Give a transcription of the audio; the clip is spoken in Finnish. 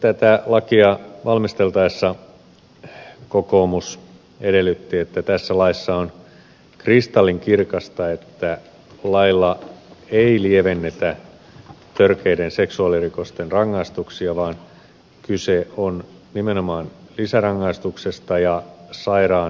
tätä lakia valmisteltaessa kokoomus edellytti että tässä laissa on kristallinkirkasta että lailla ei lievennetä törkeiden seksuaalirikosten rangaistuksia vaan kyse on nimenomaan lisärangaistuksesta ja sairaan mielen hoitamisesta